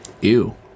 Ew